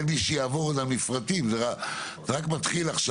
אין מי שיעבור על המפרטים, וזה רק מתחיל עכשיו.